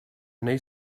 new